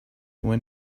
when